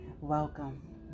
welcome